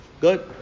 Good